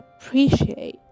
appreciate